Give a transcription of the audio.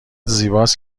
زیباست